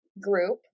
group